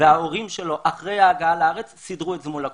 וההורים שלו אחרי ההגעה לארץ סידרו את זה מול הקונסוליה.